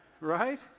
Right